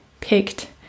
picked